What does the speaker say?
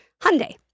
Hyundai